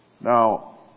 Now